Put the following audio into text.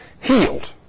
healed